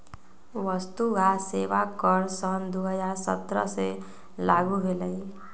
वस्तु आ सेवा कर सन दू हज़ार सत्रह से लागू भेलई